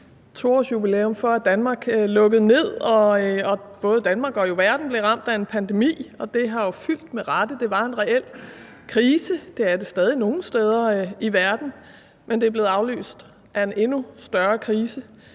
2 års jubilæum for, at Danmark lukkede ned og både Danmark og verden blev ramt af en pandemi, og det har jo fyldt med rette. Det var en reel krise og det er det stadig nogle steder i verden, men den er blevet afløst af en endnu større krise